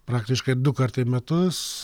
praktiškai dukart į metus